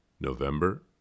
November